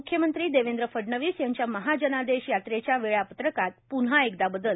मुख्यमंत्री देवेंद्र फडणवीस यांच्या महाजनादेश यात्रेच्या वेळापत्रकात प्न्हा एकदा बदल